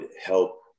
help